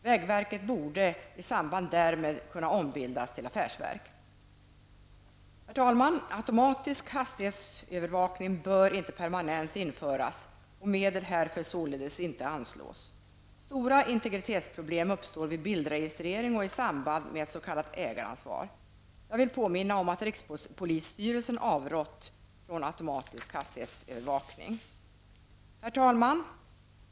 Vägverket borde i samband därmed kunna ombildas till affärsverk. Herr talman! Automatisk hastighetsövervakning bör inte permanent införas, och medel härför således ej anslås. Stora integritetsproblem uppstår vid bildregistrering och i samband med s.k. ägaransvar. Jag vill påminna om att rikspolisstyrelsen avrått från automatisk hastighetsövervakning. Herr talman!